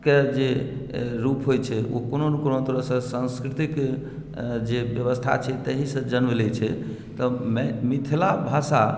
के जे रुप होइ छै ओ कोनो ने कोनो तरहसे सांस्कृतिक जे व्यवस्था छै तहिसँ जन्म लै छै तऽ मिथिला भाषा